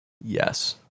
Yes